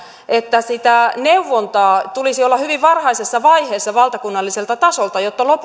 että sitä neuvontaa tulisi olla hyvin varhaisessa vaiheessa valtakunnalliselta tasolta jotta